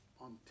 on